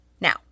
now